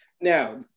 Now